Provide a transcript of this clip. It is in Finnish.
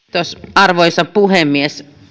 arvoisa puhemies